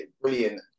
brilliant